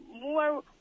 more